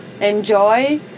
enjoy